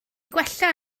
gwella